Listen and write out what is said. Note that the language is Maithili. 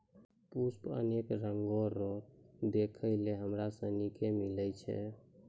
पुष्प अनेक रंगो रो देखै लै हमरा सनी के मिलै छै